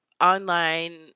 online